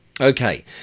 Okay